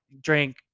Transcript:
drink